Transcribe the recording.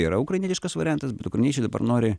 yra ukrainietiškas variantas bet ukrainiečiai dabar nori